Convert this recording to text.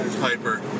Piper